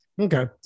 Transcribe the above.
Okay